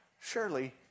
surely